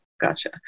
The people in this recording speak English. Gotcha